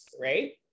right